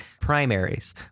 primaries